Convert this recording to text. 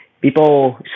People